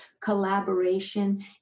collaboration